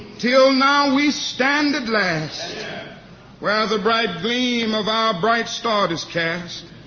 till now we stand at last where the bright gleam of our bright star is cast.